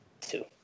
two